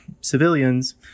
civilians